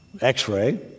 x-ray